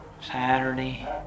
Saturday